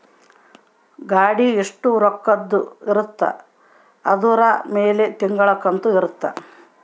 ಗಾಡಿ ಎಸ್ಟ ರೊಕ್ಕದ್ ಇರುತ್ತ ಅದುರ್ ಮೇಲೆ ತಿಂಗಳ ಕಂತು ಇರುತ್ತ